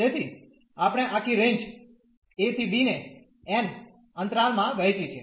તેથી આપણે આખી રેન્જ a ¿b ને n અંતરાલ માં વહેંચી છે